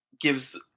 gives